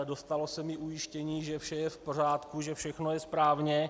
Dostalo se mi ujištění, že vše je v pořádku, že všechno je správně.